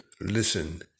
listen